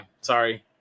sorry